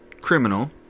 criminal